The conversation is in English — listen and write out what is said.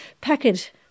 package